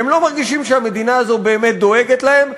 הם לא מרגישים שהמדינה הזו באמת דואגת להם,